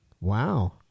Wow